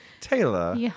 Taylor